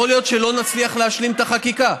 יכול להיות שלא נצליח להשלים את החקיקה.